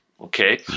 okay